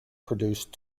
produced